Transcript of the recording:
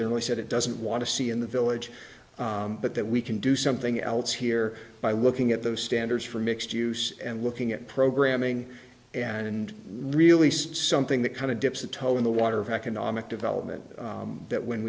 generally said it doesn't want to see in the village but that we can do something else here by looking at those standards for mixed use and looking at programming and really something that kind of dips a toe in the water of economic development that when